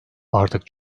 artık